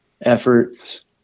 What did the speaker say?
efforts